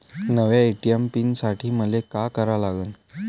नव्या ATM PIN साठी मले का करा लागन?